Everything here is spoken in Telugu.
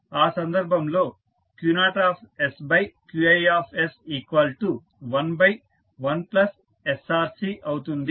కావున ఆ సందర్భంలో Q0sQi11sRCఅవుతుంది